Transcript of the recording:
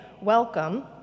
welcome